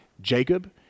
Jacob